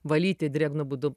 valyti drėgnu būdu